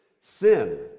sin